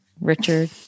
Richard